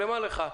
למה לך?